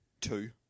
Two